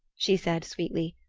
she said sweetly.